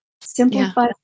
simplify